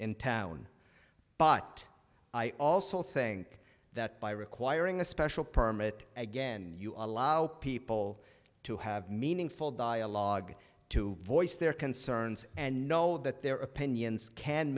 in town but i also think that by requiring a special permit again you allow people to have meaningful dialogue to voice their concerns and know that their opinions can